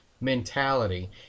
mentality